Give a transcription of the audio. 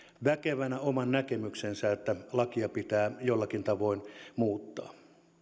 väkevänä oman näkemyksensä että lakia pitää jollakin tavoin muuttaa